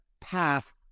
path